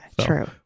true